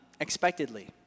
expectedly